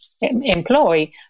employ